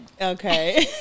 Okay